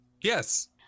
Yes